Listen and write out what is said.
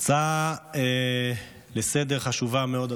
הצעה לסדר-היום חשובה מאוד,